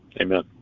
amen